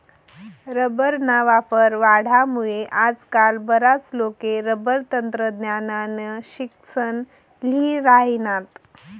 रबरना वापर वाढामुये आजकाल बराच लोके रबर तंत्रज्ञाननं शिक्सन ल्ही राहिनात